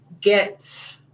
get